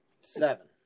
Seven